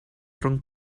rhwng